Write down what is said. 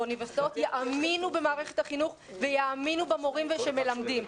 והאוניברסיטאות יאמינו במערכת החינוך ויאמינו במורים שמלמדים,